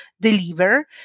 deliver